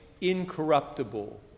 incorruptible